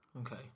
Okay